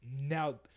now